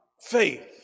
faith